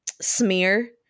smear